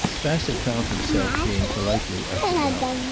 bassett found himself being politely ushered out,